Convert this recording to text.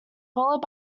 followed